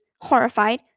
horrified